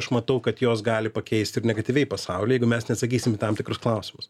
aš matau kad jos gali pakeisti ir negatyviai pasaulį jeigu mes neatsakysim į tam tikrus klausimus